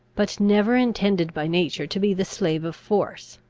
but never intended by nature to be the slave of force.